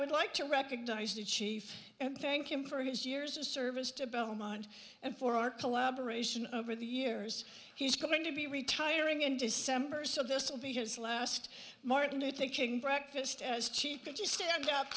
would like to recognize the chief and thank him for his years of service to belmont and for our collaboration over the years he's going to be retiring in december so this will be his last martin luther king breakfast as cheap could you stand up